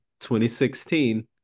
2016